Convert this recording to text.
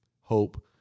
hope